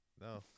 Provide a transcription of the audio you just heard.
No